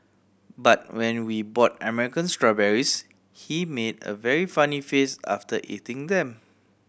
but when we bought American strawberries he made a very funny face after eating them